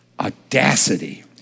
audacity